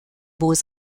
beaux